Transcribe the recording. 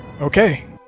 Okay